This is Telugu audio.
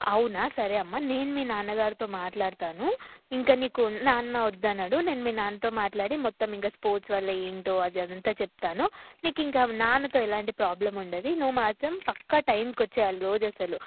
అవునా సరే అమ్మా నేను మీ నాన్నగారితో మాట్లాడతాను ఇంక నీకు నాన్న వద్దనడు నేను మీ నాన్నతో మాట్లాడి మొత్తం ఇంకా స్పోర్ట్స్ వల్ల ఏంటో అది అదంతా చెప్తాను నీకు ఇంక నాన్నతో ఎలాంటి ప్రాబ్లం ఉండదు నువ్వు మాత్రం పక్కా టైంకి వచ్చేయాలి రోజు అసలు